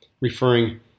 referring